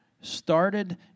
started